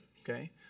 okay